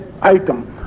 item